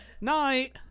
night